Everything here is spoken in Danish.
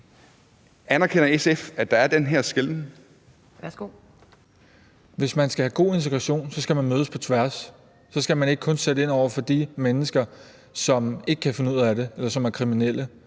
Værsgo. Kl. 11:43 Jacob Mark (SF): Hvis man skal have god integration, skal folk mødes på tværs. Så skal man ikke kun sætte ind over for de mennesker, som ikke kan finde ud af det, eller som er kriminelle.